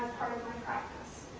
practice.